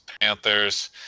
Panthers